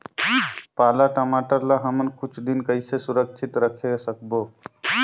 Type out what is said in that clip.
पाला टमाटर ला हमन कुछ दिन कइसे सुरक्षित रखे सकबो?